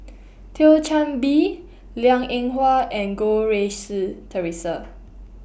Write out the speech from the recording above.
Thio Chan Bee Liang Eng Hwa and Goh Rui Si Theresa